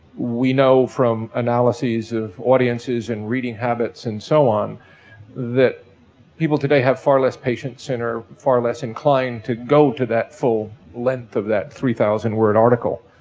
we know from analyses of audiences and reading habits and so on that people today have far less patience and are far less inclined to go to that full length of that three thousand word article.